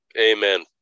Amen